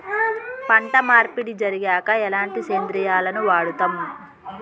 పంట మార్పిడి జరిగాక ఎలాంటి సేంద్రియాలను వాడుతం?